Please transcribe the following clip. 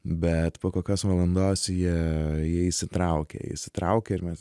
bet po kokios valandos jie jie įsitraukia jie įsitraukia ir mes